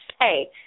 hey